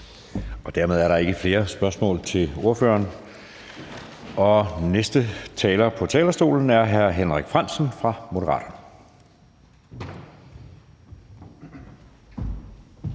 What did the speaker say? Dermed er der ikke flere spørgsmål til ordføreren. Den næste taler på talerstolen er hr. Henrik Frandsen fra Moderaterne.